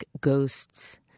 ghosts